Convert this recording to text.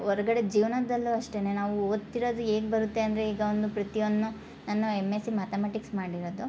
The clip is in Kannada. ಹೊರ್ಗಡೆ ಜೀವ್ನದಲ್ಲು ಅಷ್ಟೆನೆ ನಾವು ಓದ್ತಿರದು ಹೇಗೆ ಬರುತ್ತೆ ಅಂದರೆ ಈಗ ಒಂದು ಪ್ರತಿಯೊಂದ್ನು ನಾನು ಎಮ್ ಎಸ್ ಸಿ ಮ್ಯಾತಮೆಟಿಕ್ಸ್ ಮಾಡಿರದು